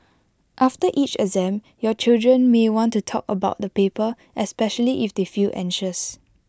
after each exam your children may want to talk about the paper especially if they feel anxious